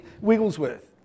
Wigglesworth